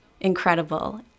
incredible